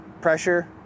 pressure